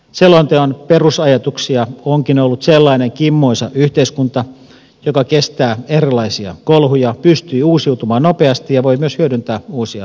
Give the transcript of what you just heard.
selonteon perusajatuksia onkin ollut sellainen kimmoisa yhteiskunta joka kestää erilaisia kolhuja pystyy uusiutumaan nopeasti ja voi myös hyödyntää uusia mahdollisuuksia